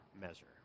measure